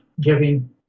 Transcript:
giving